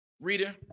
reader